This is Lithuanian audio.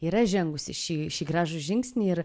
yra žengusi šį šį gražų žingsnį ir